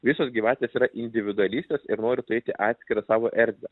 visos gyvatės yra individualistės ir nori turėti atskirą savo erdvę